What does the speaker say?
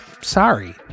sorry